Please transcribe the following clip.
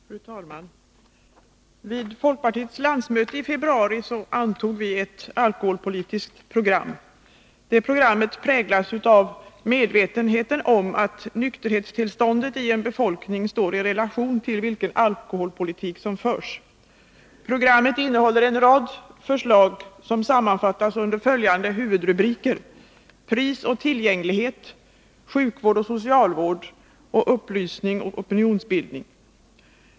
Fru talman! Vid folkpartiets landsmöte i februari antogs ett alkoholpolitiskt program. Det präglas av medvetenheten om att nykterhetstillståndet hos en befolkning står i relation till vilken alkoholpolitik som förs. Programmet innehåller en rad förslag, som sammanfattas under följande huvudrubriker: Pris och tillgänglighet, Sjukvård och socialvård och Upplysning och opinionsbildning.